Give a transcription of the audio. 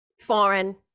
Foreign